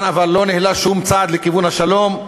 אבל לא ניהלה שום צעד לכיוון השלום,